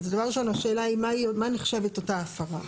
דבר ראשון, השאלה היא מה נחשבת אותה הפרה.